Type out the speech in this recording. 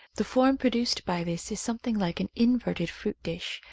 the form produced by this is something like an in verted fruit dish,